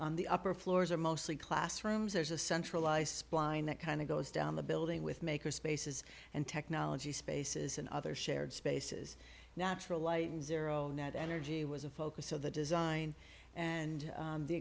on the upper floors are mostly classrooms there's a centralized spine that kind of goes down the building with maker spaces and technology spaces and other shared spaces natural lighting zero net energy was a focus so the design and